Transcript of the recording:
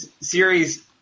series